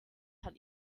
hat